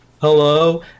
hello